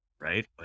right